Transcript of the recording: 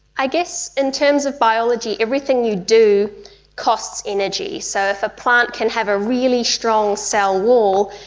i guess in terms of biology, everything you do costs energy. so if a plant can have a really strong cell wall,